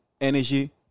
energy